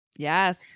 Yes